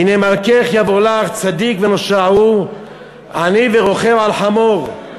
הנה מלכך יבוא לך צדיק ונושע הוא עני ורֹכב על חמור".